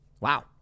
Wow